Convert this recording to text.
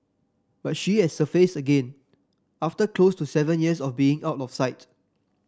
but she has surfaced again after close to seven years of being out of sight